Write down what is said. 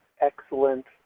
excellent